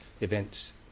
events